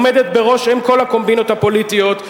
עומדת בראש עם כל הקומבינות הפוליטיות,